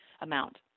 amount